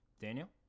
daniel